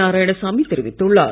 நாராயணசாமி தெரிவித்துள்ளார்